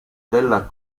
della